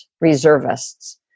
reservists